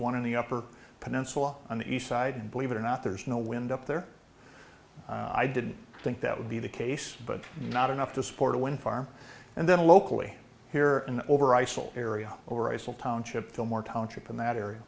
one in the upper peninsula on the east side and believe it or not there is no wind up there i didn't think that would be the case but not enough to support a wind farm and then locally here in over i saw area over eisel township fillmore township in that area